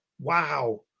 Wow